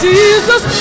Jesus